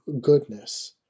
goodness